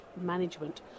management